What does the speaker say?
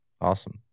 Awesome